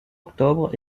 octobre